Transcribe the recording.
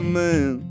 man